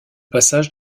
passage